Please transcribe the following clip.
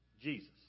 Jesus